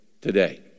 today